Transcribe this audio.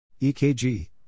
EKG